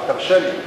ותרשה לי,